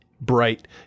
bright